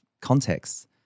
contexts